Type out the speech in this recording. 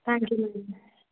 thank you very much